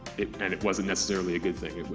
and it wasn't necessarily a good thing,